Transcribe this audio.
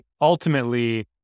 ultimately